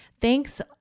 Thanks